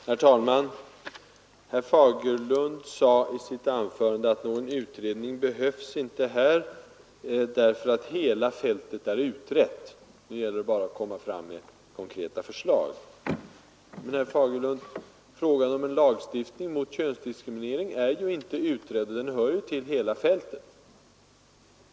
Herr talman! Herr Fagerlund sade att det inte behövs någon utredning, ty hela fältet är utrett. Det gäller bara att lägga fram konkreta förslag. Men, herr Fagerlund, enligt de besked vi fått är frågan om en lagstiftning mot könsdiskriminering inte utredd, och den hör ju till det stora fältet.